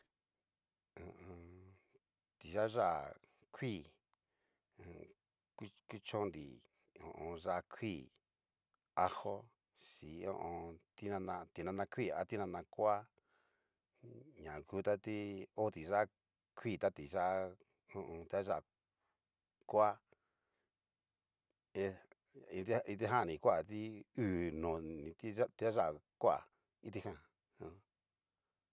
Hu u un. tiayá kuii ku- kuchonri yá'a kui, ajo, chin ho o on. tinana, ti nana kuii a tinana koa ña kutati ho ti yá'a kuii ta ti'yá ho o on. tiaya koa ite itijanni koa dii uu noni tiya ti'aya koa itijan.